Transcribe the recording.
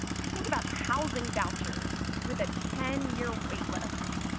i think about housing vouchers with a ten year waitlist.